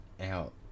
out